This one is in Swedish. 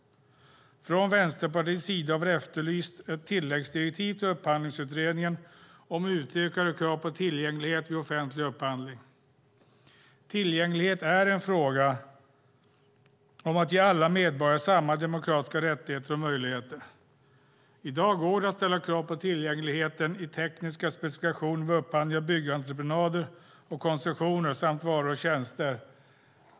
Från Vänsterpartiets sida har vi efterlyst ett tilläggsdirektiv till Upphandlingsutredningen om utökade krav på tillgänglighet vid offentlig upphandling. Tillgänglighet är en fråga om att ge alla medborgare samma demokratiska rättigheter och möjligheter. I dag går det att ställa krav på tillgängligheten i tekniska specifikationer vid upphandling av byggentreprenader och koncessioner samt av varor och tjänster.